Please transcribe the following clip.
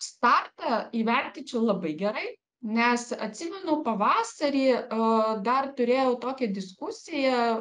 startą įvertinčiau labai gerai nes atsimenu pavasarį e dar turėjau tokį diskusiją